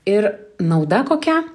ir nauda kokia